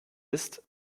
ist